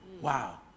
Wow